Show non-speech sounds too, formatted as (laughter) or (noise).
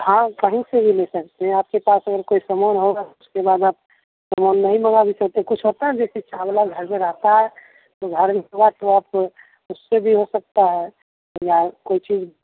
आप कहीं से भी ले सकते हें आपके पास और कोई समान होगा उसके बाद आप समान नही माँगा भी सकते हें कुछ होता हे जैसे चावला घर में रहता हे तो (unintelligible) के बाद तो आप उससे भी हो सकता हे या कोई चीज